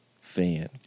fan